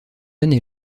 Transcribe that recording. année